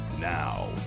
Now